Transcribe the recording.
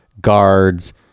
guards